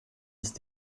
ist